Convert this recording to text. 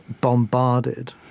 bombarded